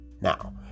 Now